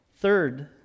Third